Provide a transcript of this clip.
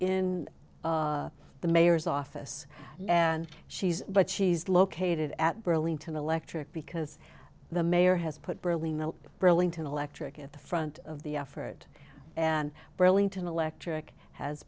in the mayor's office and she's but she's located at burlington electric because the mayor has put burly men brilinta electric at the front of the effort and burlington electric has